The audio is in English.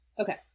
Okay